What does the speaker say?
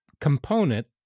component